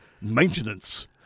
maintenance